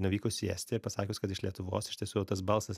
nuvykus į estiją pasakius kad iš lietuvos iš tiesų jau tas balsas